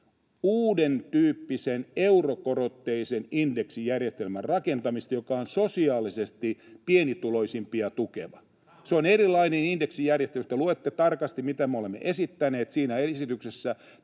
uudentyyppisen eurokorotteisen indeksijärjestelmän rakentamista, joka on sosiaalisesti pienituloisimpia tukeva. Se on erilainen indeksijärjestelmä — jos te luette tarkasti, mitä me olemme esittäneet. Siinä esityksessä